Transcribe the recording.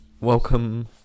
Welcome